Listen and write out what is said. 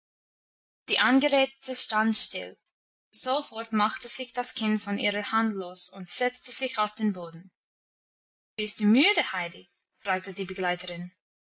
die angeredete stand still sofort machte sich das kind von ihrer hand los und setzte sich auf den boden bist du müde heidi fragte die begleiterin